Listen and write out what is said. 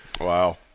Wow